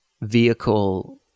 vehicle